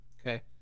Okay